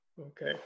okay